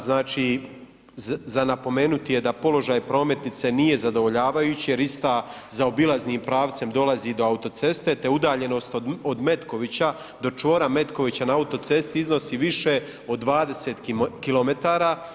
Znači za napomenuti je da položaj prometnice nije zadovoljavajući jer ista zaobilaznim pravcem dolazi do autoceste te udaljenost od Metkovića do čvora Metkovića na autocesti iznosi više od 20km.